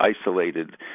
isolated